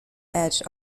edge